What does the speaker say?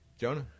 jonah